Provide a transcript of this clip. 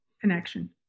connection